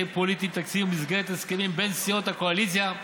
פוליטיים תקציביים או במסגרת הסכמים בין סיעות הקואליציה,